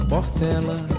Portela